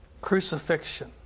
Crucifixion